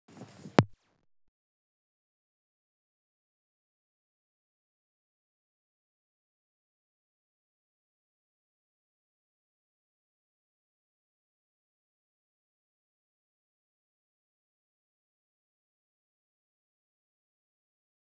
Ah loko mena zao zao resaky raha tonga de avy agnaty lohako voalohany resaky hoe gnan'ny resaky ady, resaky rà mandriaka, zay zao raha avy agnaty lohako voalohany lafa mahare hoe loko mena na mieritseritsy loko mena, karaha zay.